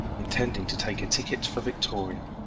intending to take a ticket for victoria.